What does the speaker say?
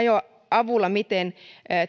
avulla miten